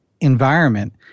environment